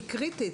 היא קריטית.